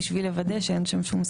בשביל לוודא שאין שם שום סכנה.